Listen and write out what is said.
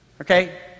okay